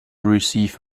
receive